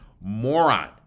moron